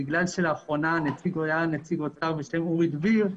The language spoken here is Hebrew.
לאחרונה היה נציג האוצר אורי דביר,